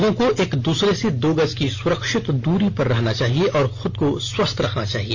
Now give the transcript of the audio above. लोगों को एक दूसरे से दो गज की सुरक्षित दूरी पर रहना चाहिए और खुद को स्वस्थ रखना चाहिए